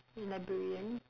librarian